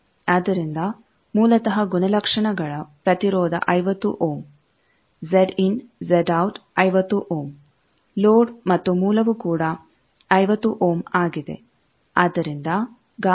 ಆದ್ದರಿಂದ ಮೂಲತಃ ಗುಣಲಕ್ಷಣಗಳ ಪ್ರತಿರೋಧ 50 ohm Zin Zout 50 ohm load ಮತ್ತು ಮೂಲವು ಕೂಡ 50 ಓಮ್ ಆಗಿದೆ